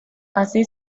así